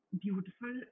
beautiful